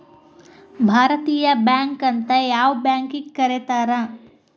ಭಾರತೇಯ ಬ್ಯಾಂಕ್ ಅಂತ್ ಯಾವ್ ಬ್ಯಾಂಕಿಗ್ ಕರೇತಾರ್?